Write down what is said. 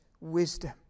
wisdom